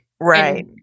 right